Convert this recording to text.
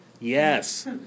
Yes